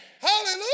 Hallelujah